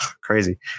crazy